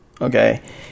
okay